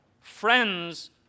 friends